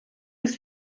ist